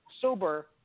sober